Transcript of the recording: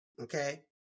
Okay